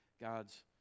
God's